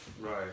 Right